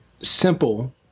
Simple